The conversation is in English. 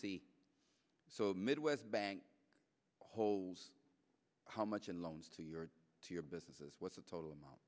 see so midwest bank holes how much in loans to your to your businesses what's the total amount